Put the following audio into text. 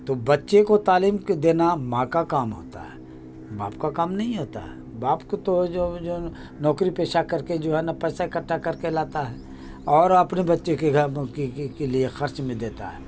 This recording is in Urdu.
تو بچے کو تعلیم دینا ماں کا کام ہوتا ہے باپ کا کام نہیں ہوتا ہے باپ کو تو جو جو جو نوکری پیشہ کر کے جو ہے نا پیسہ اکٹھا کر کے لاتا ہے اور اپنے بچے کے گھر کے لیے خرچ میں دیتا ہے